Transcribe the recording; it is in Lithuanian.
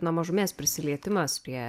nuo mažumės prisilietimas prie